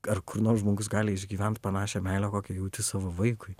ar kur nors žmogus gali išgyvent panašią meilę kokią jauti savo vaikui